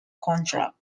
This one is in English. contract